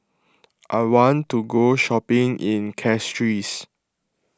I want to go shopping in Castries